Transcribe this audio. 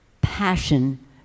passion